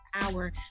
hour